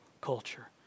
culture